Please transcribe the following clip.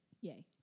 Yay